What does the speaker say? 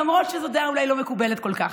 למרות שאולי זו דעה לא מקובלת כל כך.